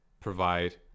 provide